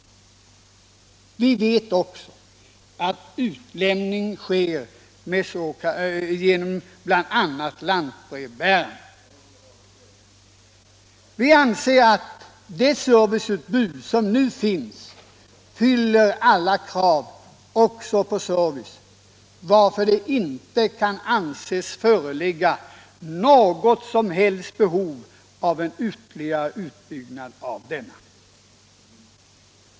Vi vet också att utlämning sker genom bl.a. lantbrevbärare. Vi menar att den service som nu finns fyller alla krav, varför det inte kan anses föreligga något som helst behov av en ytterligare utbyggnad av denna.